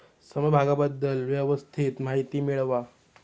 समभागाबद्दल व्यवस्थित माहिती मिळवा